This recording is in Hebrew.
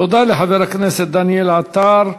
תודה לחבר הכנסת דניאל עטר.